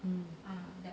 um